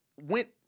went